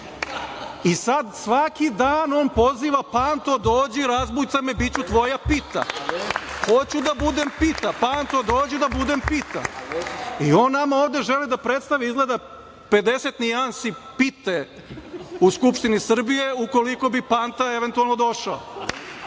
I sada svaki dan on poziva Pantu, dođi i razbucaj me, biću tvoja pita. Hoću da budem pita, Panto dođi da budem pita. I on nama ovde želi da predstavi, izgleda, 50 nijansi pite u Skupštini Srbije ukoliko bi Panta, eventualno došao.